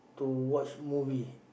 to watch movie